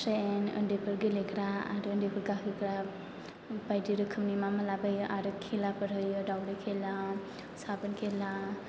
train उन्दैफोर गेलेग्रा आरो उन्दैफोर गाखोग्रा बायदि रोखोमनि मा मा लाबोयो आरो खेलाफोर होयो दावदै खेला साबोन खेला